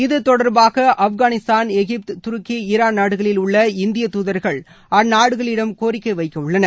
இது தொடர்பாகஆப்கானிஸ்தான் Egypt Turkey Iran நாடுகளில் உள்ள இந்திய துதர்கள் அந்நாடுகளிடம் கோரிக்கைவைக்கஉள்ளனர்